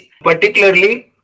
particularly